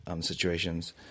situations